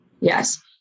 yes